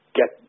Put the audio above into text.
get